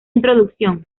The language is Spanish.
introducción